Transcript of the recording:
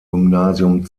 gymnasium